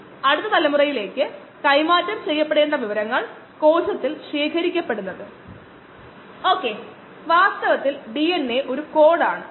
നമ്മൾ ചില ഓൺലൈൻ രീതികൾ നോക്കും അവ തീർച്ചയായും ഇഷ്ടപ്പെടുന്നു കാരണം അവ ബയോ റിയാക്ടറിനെ ശല്യപ്പെടുത്താതെ താൽപ്പര്യമുള്ള ഘട്ടത്തിൽ അളക്കുന്നു